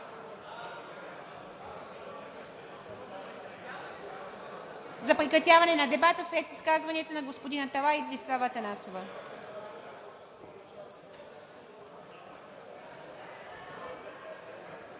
за прекратяване на дебата след изказванията на господин Аталай и Десислава Атанасова.